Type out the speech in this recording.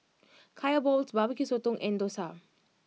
Kaya Balls Barbecue Sotong and Dosa